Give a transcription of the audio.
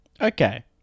Okay